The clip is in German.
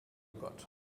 gott